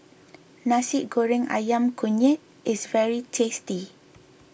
Nasi Goreng Ayam Kunyit is very tasty